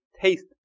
taste